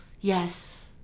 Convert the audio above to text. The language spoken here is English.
yes